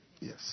Yes